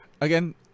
Again